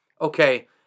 okay